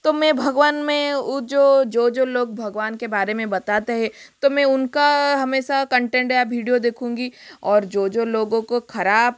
तो मैं भगवान में वो जो जो लोग भगवान के बारे में बताते है तो मैं उनका हमेशा कंटेंट या भीडियो देखूँगी और जो जो लोगों को खराब